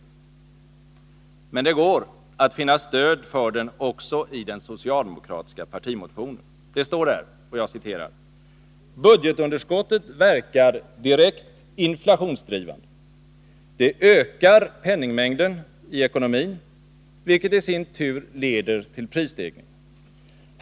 Men det går att finna stöd för den också i den socialdemokratiska partimotionen. Det står där: ”Budgetunderskottet verkar direkt inflationsdrivande. Det ökar penningmängden i ekonomin, vilket i sin tur leder till prisstegringar.